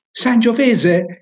Sangiovese